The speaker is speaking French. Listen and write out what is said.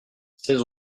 seize